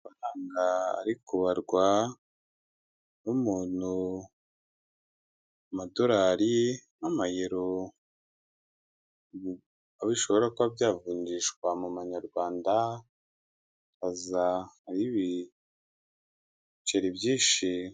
Amafanga arikubarwa n'umuntu, amadolari n'amayero, aho bishobora kuba byavugishwa mu manyarwanda, akaza ari ibiceri ibyishi.